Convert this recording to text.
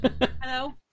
hello